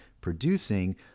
producing